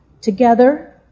Together